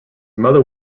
mother